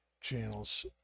channels